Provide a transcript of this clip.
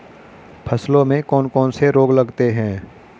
फसलों में कौन कौन से रोग लगते हैं?